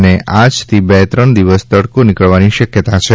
અને આજથી બે ત્રણ દિવસ તડકો નીકળવાની શક્યતા છે